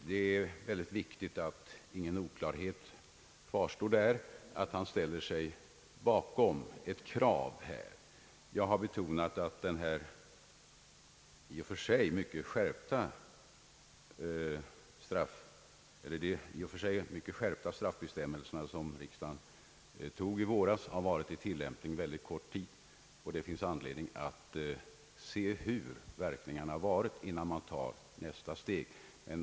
Det är viktigt att ingen oklarhet kvarstår om att han ställer sig bakom ett krav härvidlag. Jag har betonat att de i och för sig mycket skärpta straffbestämmelser som riksdagen beslutade i våras har varit i tillämpning mycket kort tid, och det finns anledning att se hur verkningarna varit innan man tar nästa steg.